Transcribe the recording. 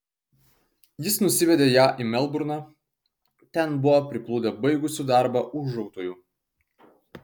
jis nusivedė ją į melburną ten buvo priplūdę baigusių darbą ūžautojų